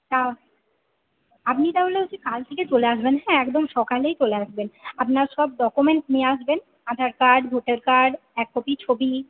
ও আপনি তাহলে হচ্ছে কাল থেকে চলে আসবেন হ্যাঁ একদম সকালেই চলে আসবেন আপনার সব ডকুমেন্ট নিয়ে আসবেন আধার কার্ড ভোটার কার্ড এক কপি ছবি